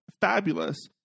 fabulous